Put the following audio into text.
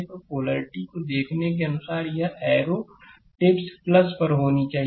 तो पोलैरिटी को देखने के अनुसार कि यह एरो टिप्स प्लस पर होनी चाहिए